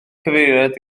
cyfeiriad